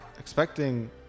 Expecting